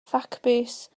ffacbys